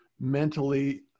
Mentally